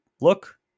look